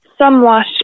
somewhat